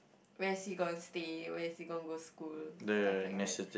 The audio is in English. where is he going to stay where is he going to school stuff like that